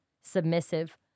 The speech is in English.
submissive